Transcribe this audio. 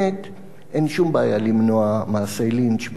אין שום בעיה למנוע מעשי לינץ' בהר-הזיתים.